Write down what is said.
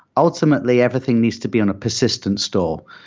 ultimately, everything needs to be on a persistence store.